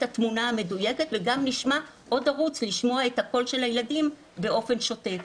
התמונה המדויקת וגם נקבל עוד ערוץ לשמוע את הקול של הילדים באופן שוטף.